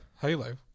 Halo